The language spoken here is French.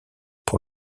pour